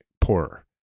poorer